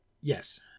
Yes